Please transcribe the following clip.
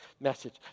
message